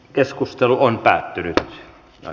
keskustelu päättyi ja